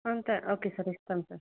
అవును sir okay sir ఇస్తాము sir